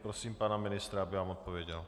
Prosím pana ministra, aby vám odpověděl.